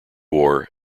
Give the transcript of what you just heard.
war